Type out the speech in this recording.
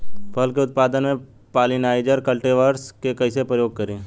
फल के उत्पादन मे पॉलिनाइजर कल्टीवर्स के कइसे प्रयोग करी?